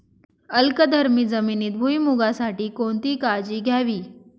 अल्कधर्मी जमिनीत भुईमूगासाठी कोणती काळजी घ्यावी?